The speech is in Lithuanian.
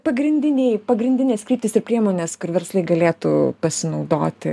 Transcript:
pagrindiniai pagrindinės kryptys ir priemonės kur verslai galėtų pasinaudoti